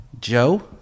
Joe